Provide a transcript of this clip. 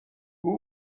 who